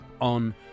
on